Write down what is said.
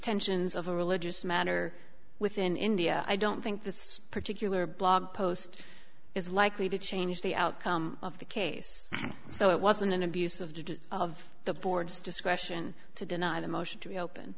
tensions of a religious matter within india i don't think this particular blog post is likely to change the outcome of the case so it wasn't an abuse of the of the board's discretion to deny the motion to be open